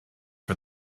for